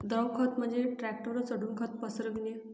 द्रव खत म्हणजे ट्रकवर चढून खत पसरविणे